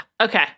Okay